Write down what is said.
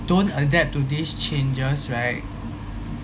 don't adapt to these changes right